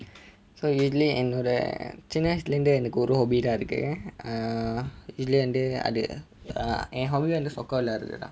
so usually என்னோட சின்ன வயசுலேர்ந்து எனக்கு ஒரு:ennode chinna vayasulernthu enakku oru hobby தான் இருக்கு:thaan irukku uh usually வந்து அது என்:vanthu athu en hobby வந்து:vanthu soccer விளையாடுவதுதான்:vilaiyaaduvathuthaan